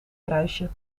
kruisje